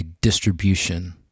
distribution